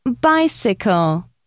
Bicycle